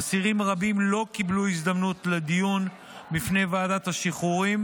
אסירים רבים לא קיבלו הזדמנות לדיון בפני ועדת השחרורים,